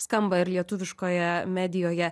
skamba ir lietuviškoje medijoje